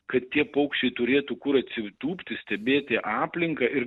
kad tie paukščiai turėtų kur atsitūpti stebėti aplinką ir